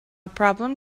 problem